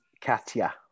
Katya